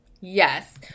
Yes